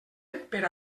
per